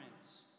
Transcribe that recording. friends